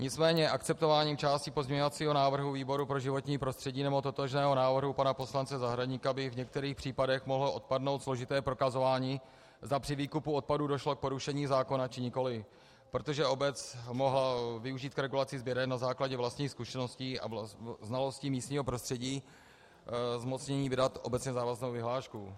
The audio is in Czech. Nicméně akceptováním části pozměňovacího návrhu výboru pro životní prostředí nebo totožného návrhu pana poslance Zahradníka by v některých případech mohlo odpadnout složité prokazování, zda při výkupu došlo k porušení zákona, či nikoli, protože by obec mohla využít k regulaci sběren na základě vlastních zkušeností a znalostí místního prostředí zmocnění vydat obecně závaznou vyhlášku.